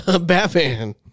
Batman